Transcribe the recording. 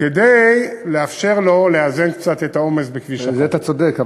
כדי לאפשר לו לאזן קצת את העומס בכביש 1. בזה אתה צודק,